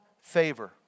favor